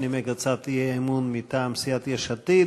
שנימק הצעת אי-אמון מטעם סיעת יש עתיד.